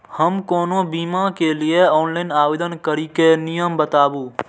हम कोनो बीमा के लिए ऑनलाइन आवेदन करीके नियम बाताबू?